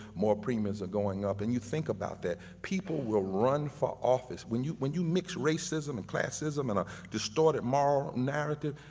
more premiums are going up, and you think about that people will run for office when you when you mix racism and classism and a distorted moral narrative,